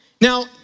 Now